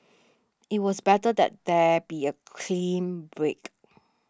it was better that there be a clean break